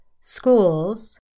schools